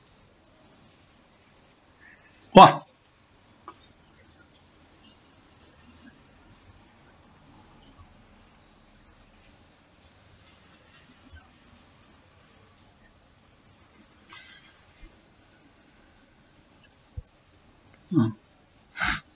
!wow! mm